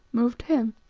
moved him,